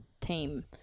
team